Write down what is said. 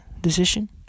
decision